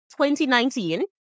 2019